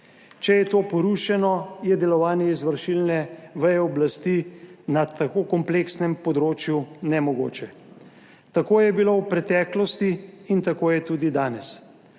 Če je to porušeno je delovanje izvršilne veje oblasti na tako kompleksnem področju nemogoče. Tako je bilo v preteklosti in tako **47.